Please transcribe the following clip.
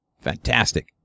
fantastic